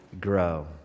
grow